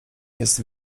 jest